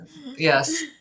Yes